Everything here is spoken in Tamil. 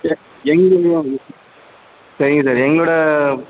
இல்லை எங்கே சரிங்க சார் எங்களோடய